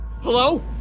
Hello